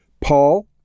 Paul